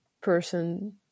person